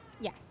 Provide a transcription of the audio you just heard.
Yes